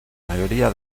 mayoría